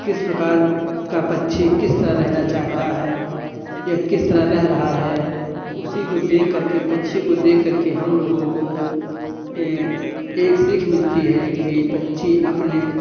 किस प्रकार का पक्षी किस तरह रहना चाहता है या किस तरह रहे रहा है उसी को देखकर के पक्षी को देखकर के हम लोगों को एक सीख मिलती है कि पक्षी अपने